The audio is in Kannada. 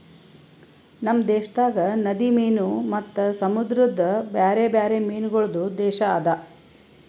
ನಮ್ ದೇಶದಾಗ್ ನದಿ ಮೀನು ಮತ್ತ ಸಮುದ್ರದ ಬ್ಯಾರೆ ಬ್ಯಾರೆ ಮೀನಗೊಳ್ದು ದೇಶ ಅದಾ